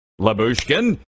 Labushkin